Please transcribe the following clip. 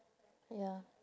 ya